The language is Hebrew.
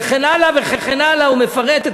וכן הלאה וכן הלאה, הוא מפרט.